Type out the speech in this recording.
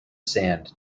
sand